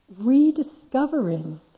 rediscovering